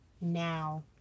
now